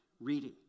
Reading